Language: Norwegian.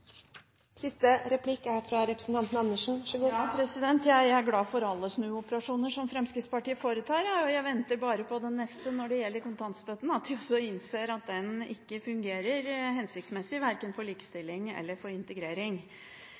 Fremskrittspartiet foretar. Jeg venter bare på den neste, når det gjelder kontantstøtten, at de også innser at den ikke fungerer hensiktsmessig verken for likestilling eller for integrering.